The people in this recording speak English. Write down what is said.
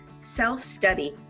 self-study